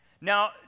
Now